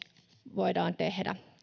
voidaan tehdä